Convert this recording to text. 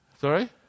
Sorry